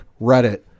Reddit